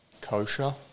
kosher